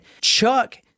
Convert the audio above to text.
Chuck